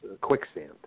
quicksand